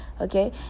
okay